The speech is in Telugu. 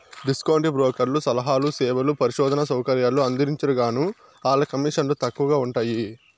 డిస్కౌంటు బ్రోకర్లు సలహాలు, సేవలు, పరిశోధనా సౌకర్యాలు అందించరుగాన, ఆల్ల కమీసన్లు తక్కవగా ఉంటయ్యి